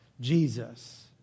Jesus